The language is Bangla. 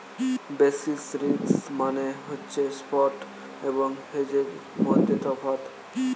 বেসিস রিস্ক মানে হচ্ছে স্পট এবং হেজের মধ্যে তফাৎ